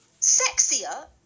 sexier